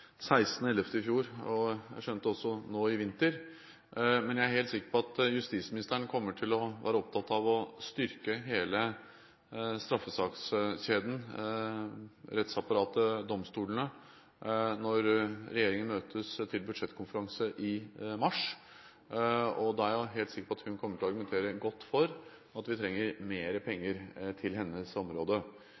16. november i fjor, og jeg skjønte også et nå i vinter, men jeg er helt sikker på at justisministeren kommer til å være opptatt av å styrke hele straffesakskjeden, rettsapparatet og domstolene, når regjeringen møtes til budsjettkonferanse i mars. Da er jeg helt sikker på at hun kommer til å argumentere godt for at vi trenger mer penger til hennes område.